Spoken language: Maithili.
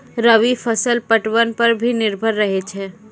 रवि फसल पटबन पर भी निर्भर रहै छै